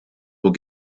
will